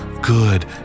good